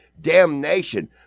damnation